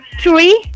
three